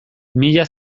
mila